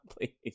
please